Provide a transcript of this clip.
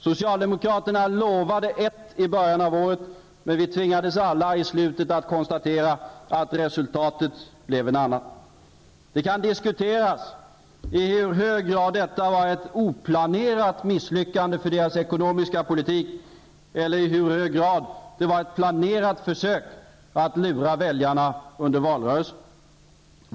Socialdemokraterna lovade ett i början av året, men vi tvingades alla i slutet att konstatera att resultatet blev ett annat. Det kan diskuteras i hur hög grad detta var ett oplanerat misslyckande för deras ekonomiska politik eller i hur hög grad det var ett planerat försök att lura väljarna under valrörelsen.